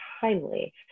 timely